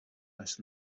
leis